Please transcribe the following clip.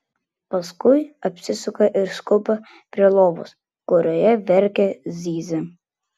paskui apsisuka ir skuba prie lovos kurioje verkia zyzia